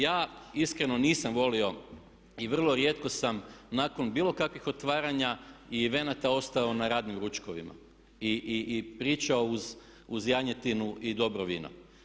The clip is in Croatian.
Ja iskreno nisam volio i vrlo rijetko sam nakon bilo kakvih otvaranja i evenata ostao na radnim ručkovima i pričao uz janjetinu i dobro vino.